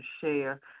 share